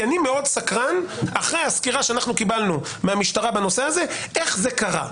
כי אני מאוד סקרן אחרי הסקירה שקיבלנו מהמשטרה בנושא הזה איך זה קרה.